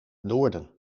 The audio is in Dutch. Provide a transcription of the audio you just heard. noorden